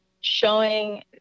showing